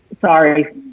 sorry